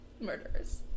murderers